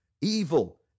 evil